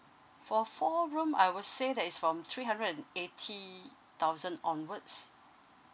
for four room I would say that is from three hundred and eighty thousand onwards